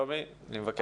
שלומי, אני מבקש.